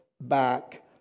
back